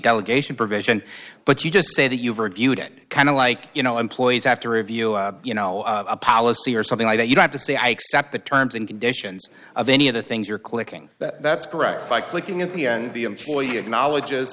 delegation provision but you just say that you've reviewed it kind of like you know employees have to review you know a policy or something like that you have to say i accept the terms and conditions of any of the things you're clicking that's correct by clicking in the n b a employee of knowledge is